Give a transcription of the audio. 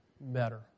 better